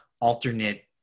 alternate